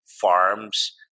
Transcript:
farms